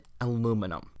Aluminum